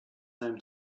them